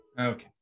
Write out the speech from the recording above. Okay